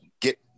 get